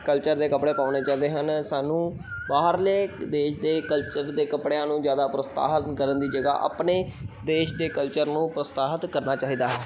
culture ਦੇ ਕੱਪੜੇ ਪਾਉਣੇ ਚਾਹੀਦੇ ਹਨ ਸਾਨੂੰ ਬਾਹਰਲੇ ਦੇਸ਼ ਦੇ ਕਲਚਰ ਦੇ ਕੱਪੜਿਆਂ ਨੂੰ ਜ਼ਿਆਦਾ ਪ੍ਰੋਤਸਾਹਨ ਕਰਨ ਦੀ ਜਗਾ ਆਪਣੇ ਦੇਸ਼ ਦੇ ਕਲਚਰ ਨੂੰ ਪ੍ਰੋਤਸਾਹਿਤ ਕਰਨਾ ਚਾਹੀਦਾ ਹੈ